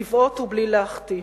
לבעוט ובלי להחטיא.